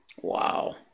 Wow